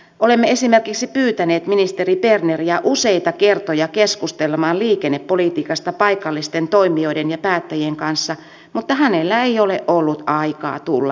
olemme esimerkiksi pyytäneet ministeri berneriä useita kertoja keskustelemaan liikennepolitiikasta paikallisten toimijoiden ja päättäjien kanssa mutta hänellä ei ole ollut aikaa tulla paikalle